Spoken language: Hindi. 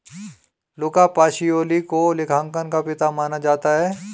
लुका पाशियोली को लेखांकन का पिता माना जाता है